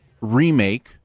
remake